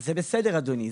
זה בסדר אדוני.